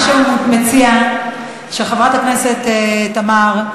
מה שהוא מציע זה שחברת הכנסת תמר,